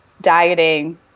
dieting